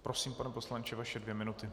Prosím, pane poslanče, vaše dvě minuty.